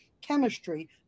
chemistry